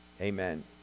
Amen